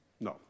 No